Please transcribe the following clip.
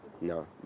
no